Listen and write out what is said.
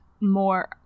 more